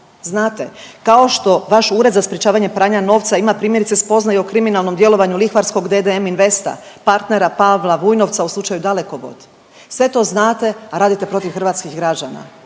Znate, kao što vaš Ured za sprečavanje pranja novca ima primjerice spoznaju o kriminalnom djelovanju lihvarskog DDM Investa partnera Pavla Vujnovca u slučaju Dalekovod, sve to znate, a radite protiv hrvatskih građana,